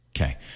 okay